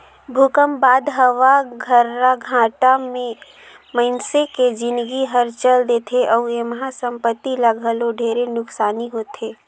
भूकंप बाद हवा गर्राघाटा मे मइनसे के जिनगी हर चल देथे अउ एम्हा संपति ल घलो ढेरे नुकसानी होथे